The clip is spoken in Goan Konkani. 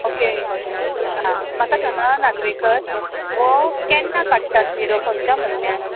ओके आं म्हाका सांगां नागवेंकर हो केन्ना काडटात निरो खंयच्या म्हयन्यान